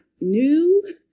new